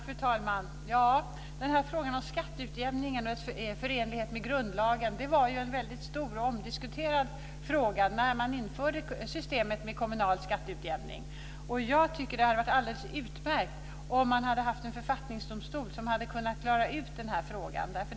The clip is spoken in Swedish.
Fru talman! Frågan om skatteutjämningens förenlighet med grundlagen var ju en väldigt stor och omdiskuterad fråga när man införde systemet med kommunal skatteutjämning. Jag tycker att det hade varit alldeles utmärkt om man hade haft en författningsdomstol som hade kunnat klara ut den här frågan.